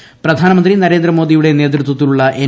മാധ്യമങ്ങളെ പ്രധാനമന്ത്രി നരേന്ദ്രമോദിയുടെ നേതൃത്വത്തിലുള്ള എൻ